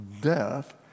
death